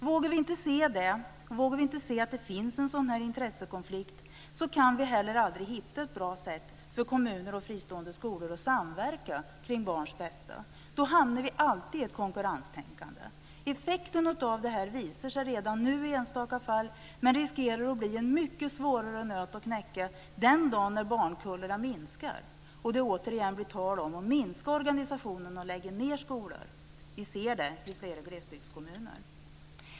Vågar vi inte se att det finns en sådan intressekonflikt, kan vi heller aldrig hitta ett bra sätt för kommuner och fristående skolor att samverka för barns bästa. Då hamnar vi alltid i ett konkurrenstänkande. Effekterna av detta visar sig redan nu i enstaka fall, men riskerar att bli en mycket svårare nöt att knäcka den dagen barnkullarna minskar och det återigen blir tal om att minska organisationen och lägga ned skolor. Vi ser detta i flera glesbygdskommuner.